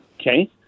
Okay